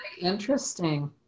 interesting